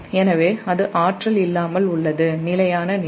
எனவே அது ஆற்றல் இல்லாமல் உள்ள நிலையான நிலை